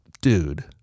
dude